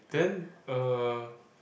then uh